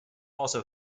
also